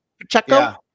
Pacheco